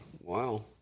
Wow